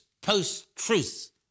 post-truth